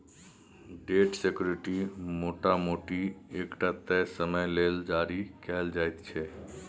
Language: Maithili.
डेट सिक्युरिटी मोटा मोटी एकटा तय समय लेल जारी कएल जाइत छै